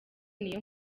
niyo